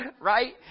Right